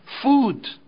food